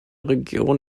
region